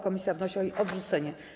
Komisja wnosi o jej odrzucenie.